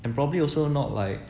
and probably also not like